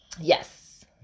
yes